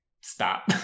stop